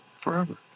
forever